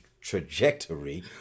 trajectory